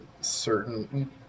certain